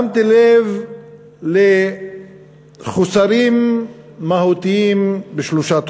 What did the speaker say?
שמתי לב לחוסרים מהותיים בשלושה תחומים.